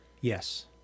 Yes